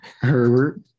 Herbert